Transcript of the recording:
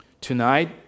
Tonight